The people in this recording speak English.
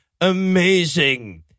amazing